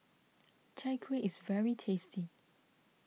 Chai Kueh is very tasty